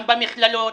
גם במכללות